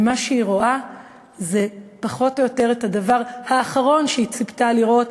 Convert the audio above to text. ומה שהיא רואה זה פחות או יותר את הדבר האחרון שהיא ציפתה לראות